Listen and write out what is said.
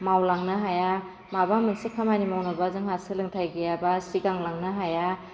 मावलांनो हाया माबा मोनसे खामानि मावनोबा जोंहा सोलोंथाइ गैयाबा सिगांलांनो हाया